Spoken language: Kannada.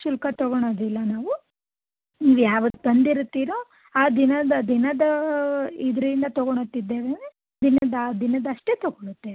ಶುಲ್ಕ ತಗೋಳೋದಿಲ್ಲ ನಾವು ನಿಮಗೆ ಯಾವತ್ತು ತಂದಿರುತ್ತೀರೋ ಆ ದಿನದ ದಿನದ ಇದರಿಂದ ತಗೋಳುತ್ತಿದ್ದೇವೆ ದಿನದ ಆ ದಿನದಷ್ಟೆ ತೊಗೊಳ್ಳುತ್ತೇವೆ